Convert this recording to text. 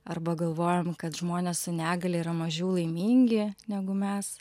arba galvojam kad žmonės su negalia yra mažiau laimingi negu mes